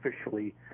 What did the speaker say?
officially